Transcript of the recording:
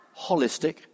holistic